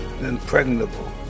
impregnable